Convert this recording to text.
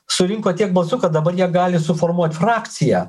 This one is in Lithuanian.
surinko tiek balsų kad dabar jie gali suformuot frakciją